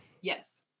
Yes